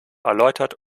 erläutert